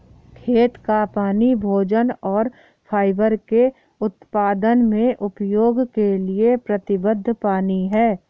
खेत का पानी भोजन और फाइबर के उत्पादन में उपयोग के लिए प्रतिबद्ध पानी है